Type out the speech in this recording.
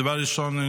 דבר ראשון,